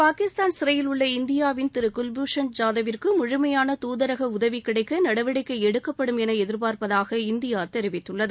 பாகிஸ்தான் சிறையில் உள்ள இந்திபாவின் திரு குல்பூஷன் ஜாதவிந்கு முழுமைபாள தூதரக உதவி கிடைக்க நடவடிக்கை எடுக்கப்படும் என எதிர்பார்ப்பதாக இந்தியா தெரிவித்துள்ளது